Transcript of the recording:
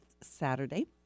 Saturday